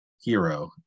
hero